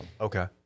Okay